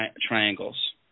triangles